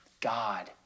God